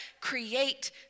create